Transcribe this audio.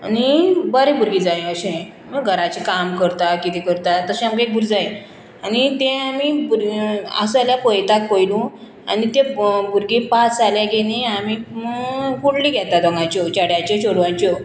आनी बरें भुरगें जाय अशें घराचें काम करता कितें करता तशें आमकां एक भुरगें जाय आनी तें आमी भुर आसा जाल्यार पळयतात पयलूं आनी तें भुरगें पास जालें की न्ही आमी कुंडली घेता दोंगायच्यो चेड्याच्यो चेडवाच्यो